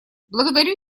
благодарю